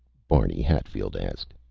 barney hatfield asked.